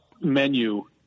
menu